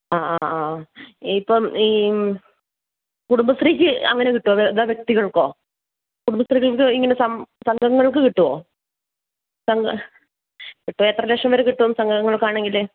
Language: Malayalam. ആ ആ ആ ഇപ്പം ഈ കുടുംബശ്രീക്ക് അങ്ങനെ കിട്ടുമോ അതോ വ്യക്തികൾക്കോ കുടുംബസ്ത്രീകൾക്ക് ഇങ്ങനെ സംഘങ്ങൾക്ക് കിട്ടുമോ സംഘ ഇപ്പോൾ എത്ര ലക്ഷം വരെ കിട്ടും സംഘങ്ങൾക്കാണെങ്കിൽ